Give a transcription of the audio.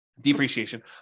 depreciation